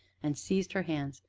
and seized her hands,